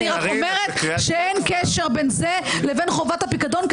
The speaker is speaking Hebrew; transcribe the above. אני אומרת שאין קשר בין זה לבין חובת הפיקדון,